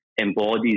embodies